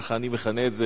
כך אני מכנה את זה,